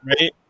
right